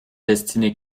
destinée